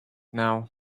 now